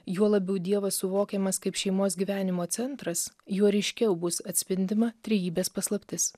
juo labiau dievas suvokiamas kaip šeimos gyvenimo centras juo ryškiau bus atspindima trejybės paslaptis